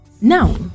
Now